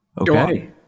Okay